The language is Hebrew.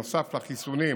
נוסף לחיסונים,